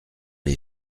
les